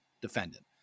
defendant